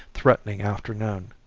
threatening afternoon.